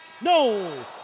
No